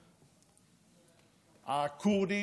הכורדים,